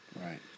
Right